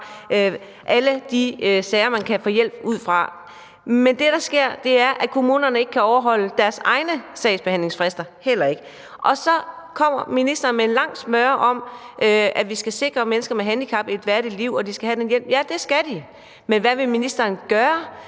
for de sager, som der ydes hjælp til, på hjemmesiderne, og der sker så det, at kommunerne heller ikke kan overholde deres egne sagsbehandlingsfrister. Og så kommer ministeren med en lang smøre om, at vi skal sikre mennesker med handicap et værdigt liv, og at de skal have den hjælp, de har brug for. Ja, det skal de, men hvad vil ministeren gøre?